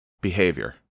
behavior